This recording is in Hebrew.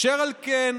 אשר על כן,